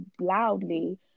loudly